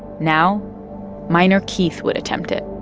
now minor keith would attempt it.